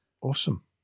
Awesome